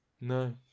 No